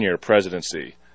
presidency